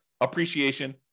appreciation